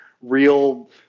real